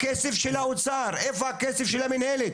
איפה הכסף של המנהלת?